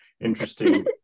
interesting